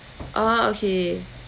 ah okay